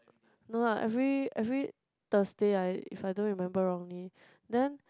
no lah every every Thursday ah if I don't remember wrongly then